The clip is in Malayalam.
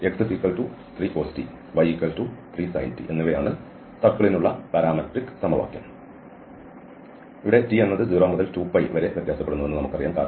അതിനാൽ x സർക്കിളിനുള്ള പാരാമട്രിക് സമവാക്യം x3cos t y3sin t എന്നിവയാണ് ഇവിടെ t എന്നത് 0 മുതൽ 2 പൈ 2π വരെ വ്യത്യാസപ്പെടുന്നുവെന്ന് നമുക്കറിയാം